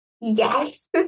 yes